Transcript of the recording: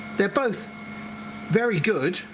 they're both very good